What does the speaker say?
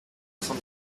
von